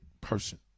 person